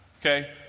okay